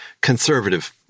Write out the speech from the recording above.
conservative